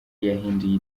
yahinduye